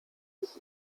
ich